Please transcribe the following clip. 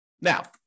Now